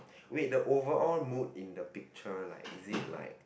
wait the overall mood in the picture like is it like